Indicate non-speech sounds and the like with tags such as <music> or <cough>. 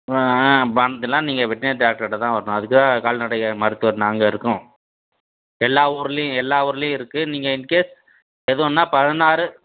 ஆ ஆ <unintelligible> நீங்கள் veterinary doctor கிட்ட தான் வரணும் அதுக்கு தான் கால்நடை மருத்துவர் நாங்கள் இருக்கோம் எல்லா ஊர்லேயும் எல்லா ஊர்லேயும் இருக்குது நீங்கள் இன் கேஸ் எதோன்னால் பதினாறு